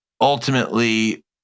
ultimately